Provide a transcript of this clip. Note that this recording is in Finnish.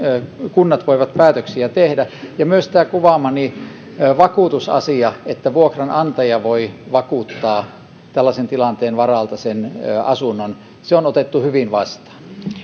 kunnat voivat päätöksiä tehdä myös tämä kuvaamani vakuutusasia että vuokranantaja voi vakuuttaa tällaisen tilanteen varalta sen asunnon on otettu hyvin vastaan